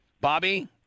Bobby